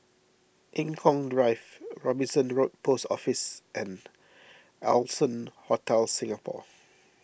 Eng Kong Drive Robinson Road Post Office and Allson Hotel Singapore